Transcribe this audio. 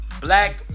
Black